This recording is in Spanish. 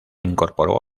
incorporó